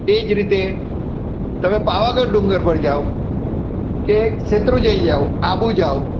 એ જ રીતે તમે પાવાગઢ ડુંગર પર જાઓ કે શેત્રુંજય જાઓ આબુ જાઓ